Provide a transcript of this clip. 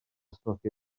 ysmygu